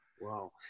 wow